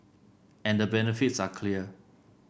and the benefits are clear